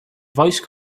voice